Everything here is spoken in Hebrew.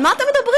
על מה אתם מדברים?